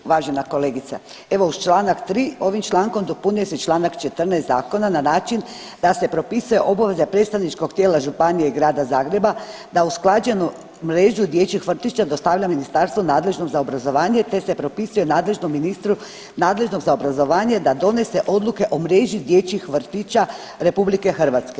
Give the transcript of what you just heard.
Uvažena kolegica, evo uz čl. 3. ovim člankom dopunjuje se čl. 14. zakona na način da se propisuje obveza predstavničkog tijela županije Grada Zagreba da usklađenu mrežu dječjih vrtića dostavlja ministarstvo nadležno za obrazovanje, te se propisuje nadležnom ministru nadležnog za obrazovanje da donese odluke o mreži dječjih vrtića RH.